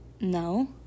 No